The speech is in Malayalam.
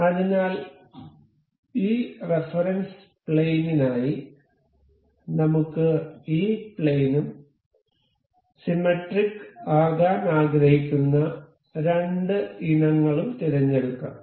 അതിനാൽ ഈ റഫറൻസ് പ്ലെയിനിനായി നമുക്ക് ഈ പ്ലെയിനും സിമെട്രിക് ആകാൻ ആഗ്രഹിക്കുന്ന രണ്ട് ഇനങ്ങളും തിരഞ്ഞെടുക്കാം